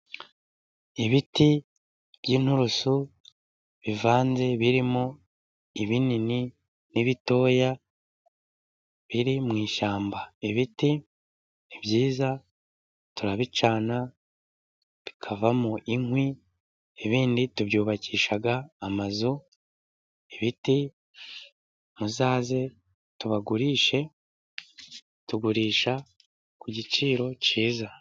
Ibiti by'inturusu bivanze birimo ibinini n'ibitoya, biri mu ishyamba. Ibiti ni byiza turabicana, bikavamo inkwi ibindi tubyubakisha amazu. Ibiti muzaze tubagurishe tugurisha ku giciro cyiza.